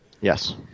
Yes